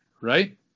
right